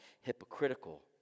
hypocritical